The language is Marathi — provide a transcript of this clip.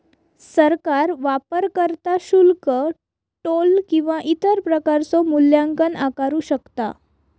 सरकार वापरकर्ता शुल्क, टोल किंवा इतर प्रकारचो मूल्यांकन आकारू शकता